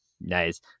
Nice